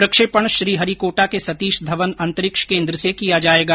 प्रक्षेपण श्रीहरिकोटा के सतीश धवन अंतरिक्ष केंद्र से किया जाएगा